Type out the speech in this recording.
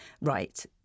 Right